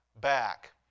back